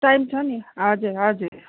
time छ नि हजुर हजुर